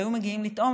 והיו מגיעים לטעום,